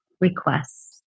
requests